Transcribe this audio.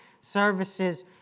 services